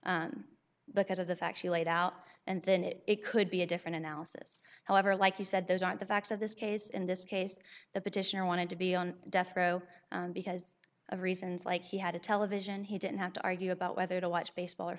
because because of the facts he laid out and then it could be a different analysis however like you said those aren't the facts of this case in this case the petitioner wanted to be on death row because of reasons like he had a television he didn't have to argue about whether to watch baseball or